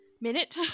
Minute